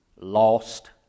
lost